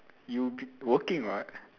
you working what